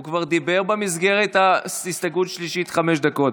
הוא כבר דיבר במסגרת ההסתייגות השלישית חמש דקות.